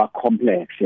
complex